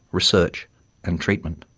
research and treatment.